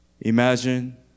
Imagine